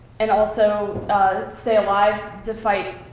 and also stay alive to fight,